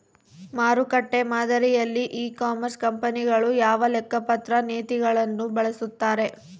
ಮಾರುಕಟ್ಟೆ ಮಾದರಿಯಲ್ಲಿ e commerce ಕಂಪನಿಗಳು ಯಾವ ಲೆಕ್ಕಪತ್ರ ನೇತಿಗಳನ್ನು ಬಳಸುತ್ತಾರೆ?